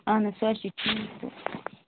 اَہَن حظ سۄ حظ چھِ ٹھیٖک